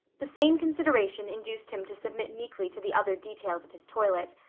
the same consideration induced him to submit meekly to the other details of his toilet,